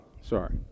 Sorry